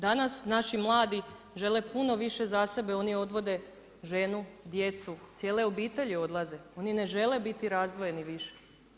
Danas naši mladi žele puno više za sebe, oni odvode ženu, djecu, cijele obitelji odlaze, oni ne žele biti razdvojeni više.